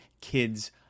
Kids